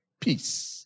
Peace